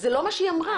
זה לא מה שהיא אמרה.